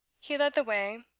he led the way,